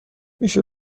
میشه